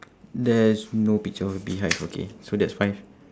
there's no picture of a beehive okay so that's five